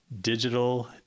digital